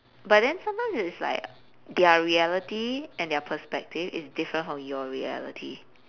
but then sometimes it's like their reality and their perspective is different from your reality